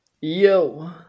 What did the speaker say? Yo